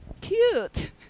Cute